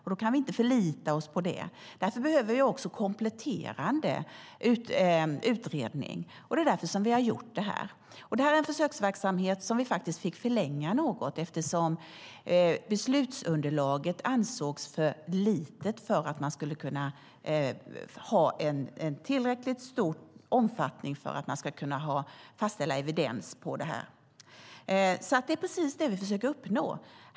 Vi kan inte förlita oss på det utan behöver en kompletterande utredning. Därför har vi gjort en komplettering. Det är en försöksverksamhet som vi fick förlänga något eftersom beslutsunderlaget ansågs vara för litet. Det ansågs inte ha tillräckligt stor omfattning för att utifrån det kunna fastställa evidens. Det är det som vi försöker uppnå.